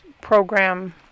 program